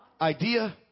idea